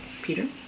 Peter